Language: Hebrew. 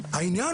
לא,